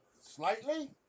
Slightly